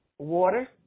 Water